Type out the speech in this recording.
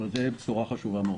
זה בשורה חשובה מאוד.